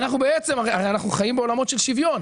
הרי אנחנו חיים בעולמות של שוויון.